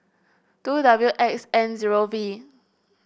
two W X N zero V